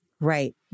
Right